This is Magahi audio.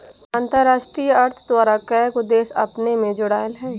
अंतरराष्ट्रीय अर्थ द्वारा कएगो देश अपने में जोरायल हइ